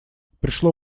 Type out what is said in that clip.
пришло